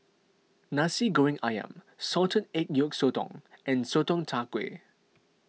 Nasi Goreng Ayam Salted Egg Yolk Sotong and Sotong Char Kway